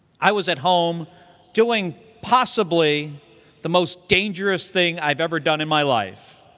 i was at home doing possibly the most dangerous thing i've ever done in my life,